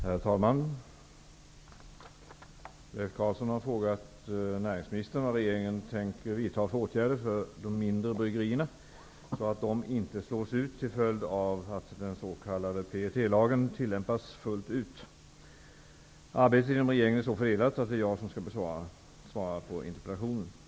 Herr talman! Leif Carlson har frågat näringsministern vad regeringen tänker vidta för åtgärder för de mindre bryggerierna så att inte de slås ut till följd av att den s.k. PET-lagen tillämpas fullt ut. Arbetet inom regeringen är så fördelat att det är jag som skall svara på interpellationen.